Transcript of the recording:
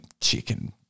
chicken-